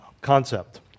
concept